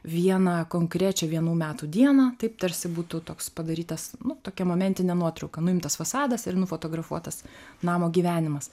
vieną konkrečią vienų metų dieną taip tarsi būtų toks padarytas nu tokia momentinė nuotrauka nuimtas fasadas ir nufotografuotas namo gyvenimas